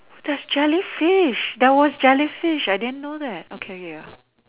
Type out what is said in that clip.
there's Jellyfish there was Jellyfish I didn't know that okay ya